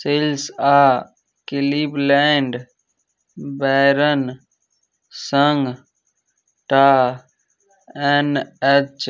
sales आओर Cleveland Barons सङ्गटा N H